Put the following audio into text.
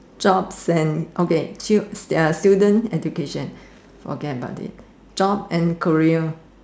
jobs and okay stu~ there are student education forget about it job and career